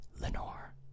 Lenore